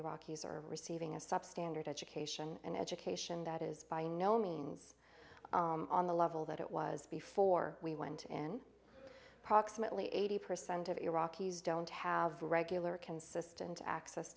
iraqis are receiving a substandard education and education that is by no means on the level that it was before we went in proximately eighty percent of iraqis don't have regular consistent access